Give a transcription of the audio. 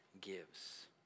gives